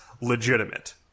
legitimate